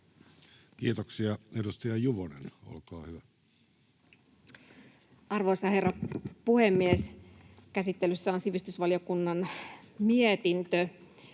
Kiitoksia. — Edustaja Juvonen, olkaa hyvä. Arvoisa herra puhemies! Käsittelyssä on sivistysvaliokunnan mietintö.